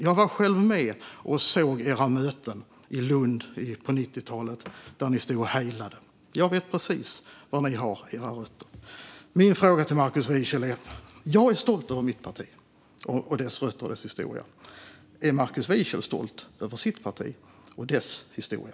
Jag var själv med och såg era möten i Lund på 90-talet, där ni stod och heilade. Jag vet precis var ni har era rötter. Jag är stolt över mitt parti och över dess rötter och historia. Är Markus Wiechel stolt över sitt parti och dess historia?